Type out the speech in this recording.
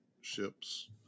ships